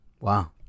Wow